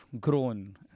grown